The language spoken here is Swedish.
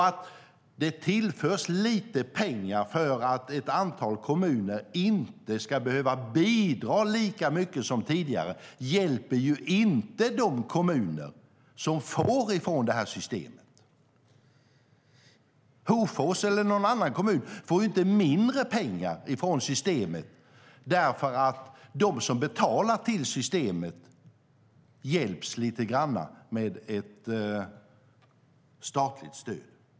Att det tillförs lite pengar för att ett antal kommuner inte ska behöva bidra lika mycket som tidigare påverkar ju inte de kommuner som får från det här systemet. Hofors eller någon annan kommun får inte mindre pengar från systemet för att de som betalar till systemet hjälps lite grann med ett statligt stöd.